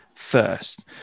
first